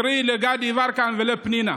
קרי, לגדי יברקן ולפנינה.